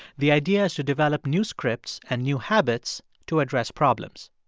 the idea is to develop new scripts and new habits to address problems.